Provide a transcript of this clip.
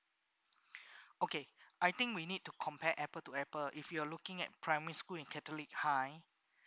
okay I think we need to compare apple to apple if you're looking at primary school in catholic high